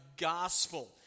gospel